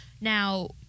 now